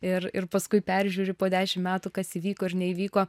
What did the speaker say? ir ir paskui peržiūri po dešimt metų kas įvyko ir neįvyko